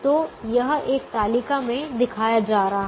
तो यह एक तालिका में दिखाया जा रहा है